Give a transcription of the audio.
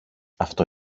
αυτό